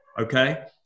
okay